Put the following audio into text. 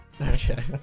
okay